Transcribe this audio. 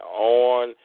on